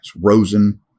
Rosen